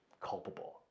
culpable